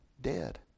dead